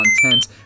content